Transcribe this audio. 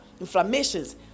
inflammations